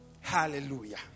Hallelujah